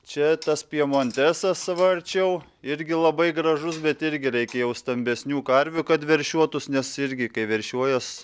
čia tas pjemontesas va arčiau irgi labai gražus bet irgi reik jau stambesnių karvių kad veršiuotųs nes irgi kai veršiuojas